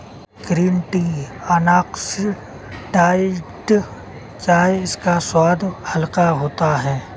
green tea unoxidised चाय है इसका स्वाद हल्का होता है